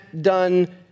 done